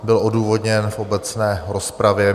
Byl odůvodněn v obecné rozpravě.